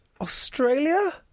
australia